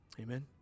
Amen